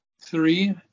three